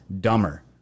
dumber